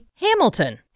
Hamilton